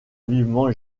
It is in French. vivement